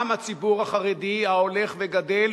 גם הציבור החרדי ההולך וגדל,